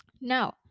Now